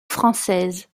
française